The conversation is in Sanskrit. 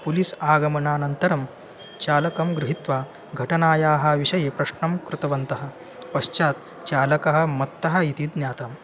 पुलिस् चालकं गृहीत्वा घटनायाः विषये प्रश्नं कृतवन्तः पश्चात् चालकः मत्तः इति ज्ञातम्